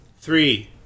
Three